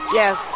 yes